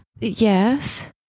Yes